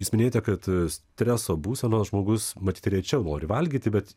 jūs minėjote kad streso būsenoje žmogus matyt rečiau nori valgyti bet